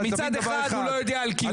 שמצד אחד הוא לא יודע על קיומו,